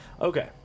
Okay